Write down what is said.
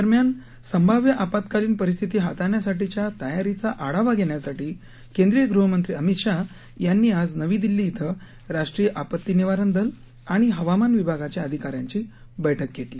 दरम्यान संभाव्य आपत्कालीन परिस्थिती हाताळण्यासाठीच्या तयारीचा आढावा घेण्यासाठी केंद्रीय गृह मंत्री अमित शाह यांनी आज नवी दिल्ली इथं राष्ट्रीय आपत्ती निवारण दल आणि हवामान विभागाच्या अधिकाऱ्यांची बैठक घेतली